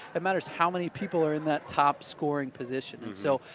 it matters how many people are in that top scoring position. so,